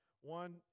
one